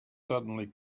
suddenly